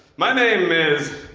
my name is,